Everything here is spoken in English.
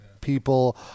people